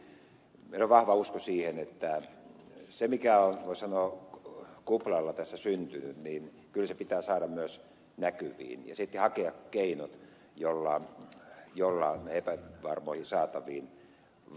meillä on vahva usko siihen että se mikä on voi sanoa kuplalla tässä syntynyt kyllä pitää saada myös näkyviin ja sitten hakea keinot joilla niihin epävarmoihin saataviin vastataan